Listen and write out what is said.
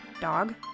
Dog